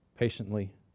Patiently